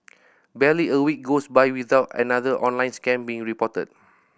barely a week goes by without another online scam being reported